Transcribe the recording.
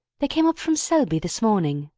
they came up from selby this morning.